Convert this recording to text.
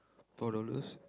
four dollars